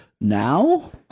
Now